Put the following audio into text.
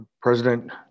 President